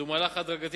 זהו מהלך הדרגתי